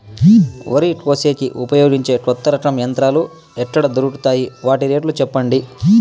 వరి కోసేకి ఉపయోగించే కొత్త రకం యంత్రాలు ఎక్కడ దొరుకుతాయి తాయి? వాటి రేట్లు చెప్పండి?